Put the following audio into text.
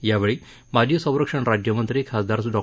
यावेळी माजी संरक्षण राज्यमंत्री खासदार डॉ